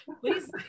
please